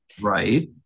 Right